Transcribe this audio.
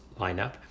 lineup